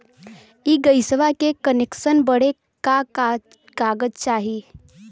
इ गइसवा के कनेक्सन बड़े का का कागज चाही?